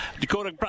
dakota